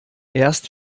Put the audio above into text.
erst